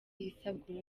isabukuru